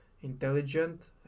intelligent